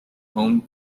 home